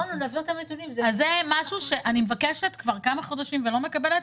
אני מבקשת כבר כמה חודשים ולא מקבלת.